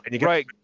Right